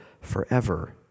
forever